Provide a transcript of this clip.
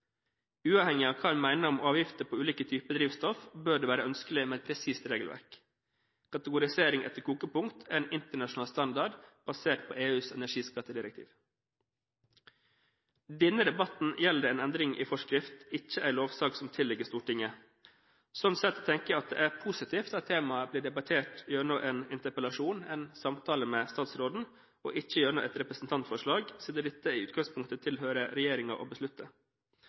Uavhengig av hva man mener om avgifter på ulike typer drivstoff, bør det være ønskelig med et presist regelverk. Kategorisering etter kokepunkt er en internasjonal standard basert på EUs energiskattedirektiv. Denne debatten gjelder en endring i forskrift, ikke en lovsak som tilligger Stortinget. Sånn sett tenker jeg at det er positivt at temaet blir debattert gjennom en interpellasjon, en samtale med statsråden, og ikke gjennom et representantforslag, siden dette i utgangspunktet tilhører regjeringen å beslutte.